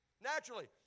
Naturally